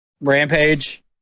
Rampage